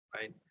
Right